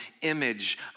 image